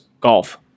Golf